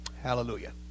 Hallelujah